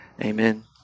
Amen